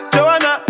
Joanna